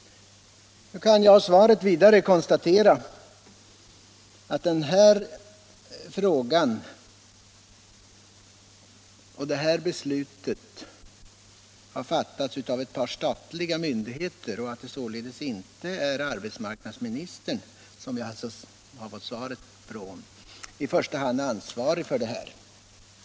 Av svaret kan jag vidare konstatera att beslutet har fattats av ett par statliga myndigheter och att det således inte är arbetsmarknadsministern, som jag fått svaret av, som i första 143 Omarbetslöshetser hand är ansvarig för detta.